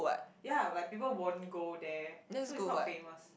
yea like people won't go there so is not famous